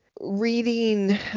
reading